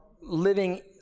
living